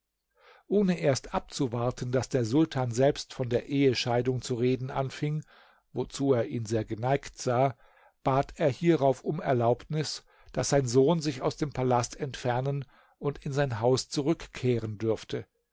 ohne erst abzuwarten daß der sultan selbst von der ehescheidung zu reden anfing wozu er ihn sehr geneigt sah bat er hierauf um erlaubnis daß sein sohn sich aus dem palast entfernen und in sein haus zurückkehren dürfte